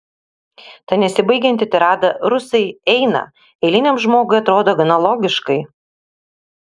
ta nesibaigianti tirada rusai eina eiliniam žmogui atrodo gana logiškai